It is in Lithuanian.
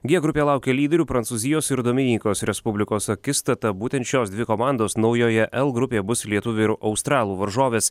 g grupėje laukia lyderių prancūzijos ir dominikos respublikos akistata būtent šios dvi komandos naujoje l grupėje bus lietuvių ir australų varžovės